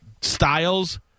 styles